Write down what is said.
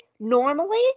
Normally